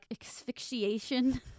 asphyxiation